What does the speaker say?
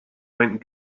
went